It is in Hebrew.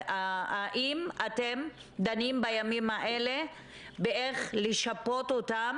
האם אתם דנים בימים האלה באיך לשפות אותם